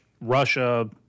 Russia